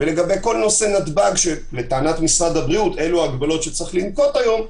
ולגבי כל נושא נתב"ג שלטענת משרד הבריאות אלו ההגבלות שצריך לנקוט היום,